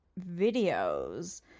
videos